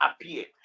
appeared